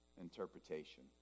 interpretation